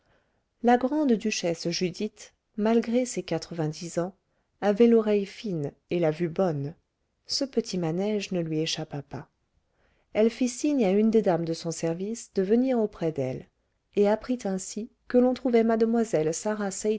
la grande-duchesse judith malgré ses quatre-vingt-dix ans avait l'oreille fine et la vue bonne ce petit manège ne lui échappa pas elle fit signe à une des dames de son service de venir auprès d'elle et apprit ainsi que l'on trouvait mlle